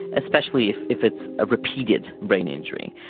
especially if if it's a repeated brain injury.